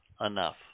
enough